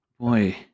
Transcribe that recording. Boy